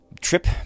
trip